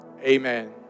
amen